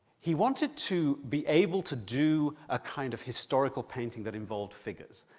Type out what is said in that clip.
he wanted to be able to do a kind of historical painting that involved figures.